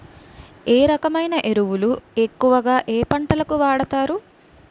ఏ రకమైన ఎరువులు ఎక్కువుగా ఏ పంటలకు వాడతారు?